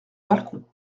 balcon